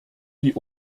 die